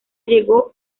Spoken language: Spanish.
llegó